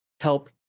help